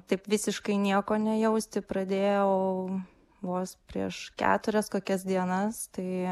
taip visiškai nieko nejausti pradėjau vos prieš keturias kokias dienas tai